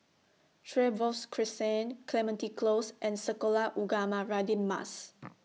Trevose Crescent Clementi Close and Sekolah Ugama Radin Mas